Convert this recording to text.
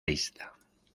isla